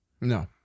no